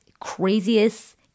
craziest